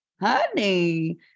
honey